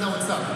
זה ממשרד האוצר.